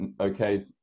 okay